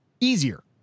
easier